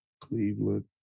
Cleveland